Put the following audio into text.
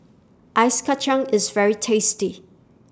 Ice Kacang IS very tasty